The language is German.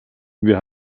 wir